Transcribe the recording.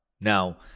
Now